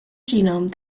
genome